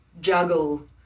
juggle